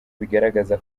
bigaragaza